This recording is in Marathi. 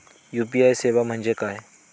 यू.पी.आय सेवा म्हणजे काय?